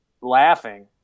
laughing